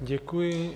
Děkuji.